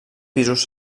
pisos